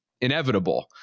inevitable